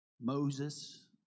Moses